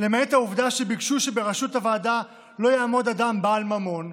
למעט העובדה שביקשו שבראשות הוועדה לא יעמוד אדם בעל ממון,